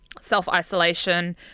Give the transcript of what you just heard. self-isolation